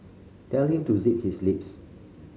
tell him to zip his lips